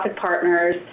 partners